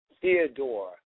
Theodore